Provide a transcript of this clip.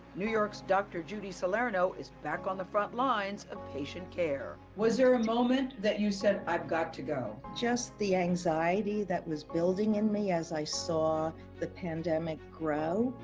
new york's dr. judy salerno is back on the front lines of patient care. was there a moment that you said, i've got to do. just the anxiety that was building in me as i saw the pandemic grow,